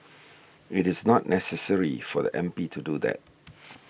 it's not necessary for the M P to do that